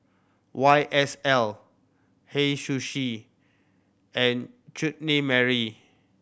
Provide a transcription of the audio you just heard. Y S L Hei Sushi and Chutney Mary